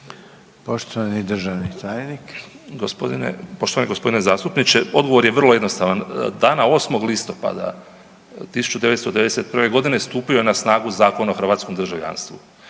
Poštovani državni tajnik.